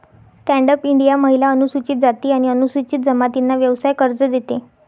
stand up India महिला, अनुसूचित जाती आणि अनुसूचित जमातींना व्यवसाय कर्ज देते